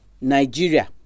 Nigeria